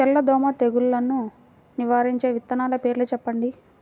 తెల్లదోమ తెగులును నివారించే విత్తనాల పేర్లు చెప్పండి?